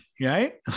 Right